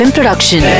Production